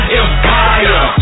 empire